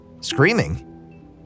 screaming